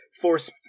force